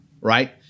right